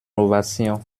ovation